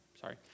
sorry